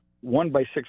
one-by-six